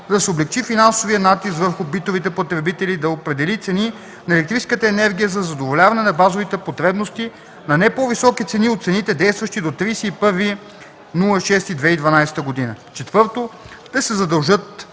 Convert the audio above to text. да се облекчи финансовият натиск върху битовите потребители, да определи цени на електрическата енергия за задоволяване на базовите потребности на не по-високи цени от цените, действащи до 31.06.2012 г. Четвърто, да се задължат